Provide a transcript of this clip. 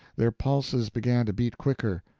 their pulses began to beat quicker,